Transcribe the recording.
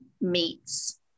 meets